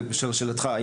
זה לשאלתך,